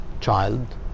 child